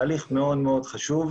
זה תהליך מאוד מאוד חשוב.